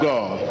God